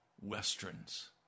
Westerns